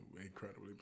Incredibly